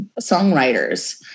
songwriters